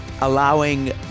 allowing